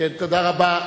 תודה רבה.